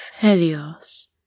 Helios